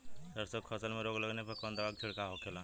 सरसों की फसल में रोग लगने पर कौन दवा के छिड़काव होखेला?